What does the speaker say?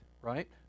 Right